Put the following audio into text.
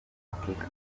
afrika